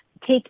take